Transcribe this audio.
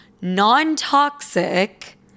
non-toxic